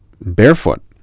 barefoot